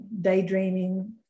daydreaming